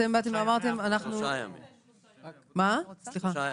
לא שמעתי.